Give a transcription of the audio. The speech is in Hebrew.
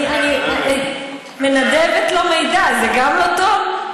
אני מנדבת לו מידע, זה גם לא טוב?